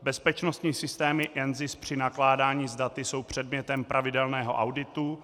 Bezpečnostní systémy NZIS při nakládání s daty jsou předmětem pravidelného auditu.